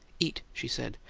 eat! she said.